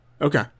Okay